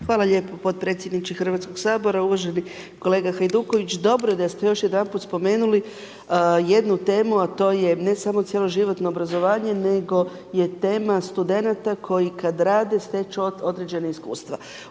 Hvala lijepa potpredsjedniče Hrvatskoga sabora. Uvaženi kolega Hajduković, dobro je da ste još jedanput spomenuli jednu temu, a to je ne samo cjeloživotno obrazovanje, nego je tema studenata koji kada rade stječu određena iskustva.